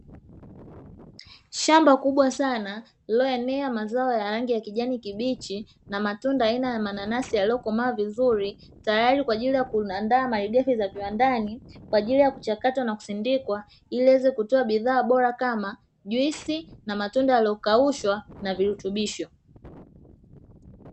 Shamba kubwa sana, lililoenea mazao ya rangi ya kijani kibichi na matunda aina ya mananasi yaliyo komaa vizuri, tayari kwaajili ya kuandaa malighafi za viwandani, kwaajili ya kuchakatwa na kusindikwa, ili yaweze kutoa bidhaa bora kama: juisi na matunda yaliyo kauka na virutubisho.